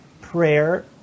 prayer